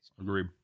Agreed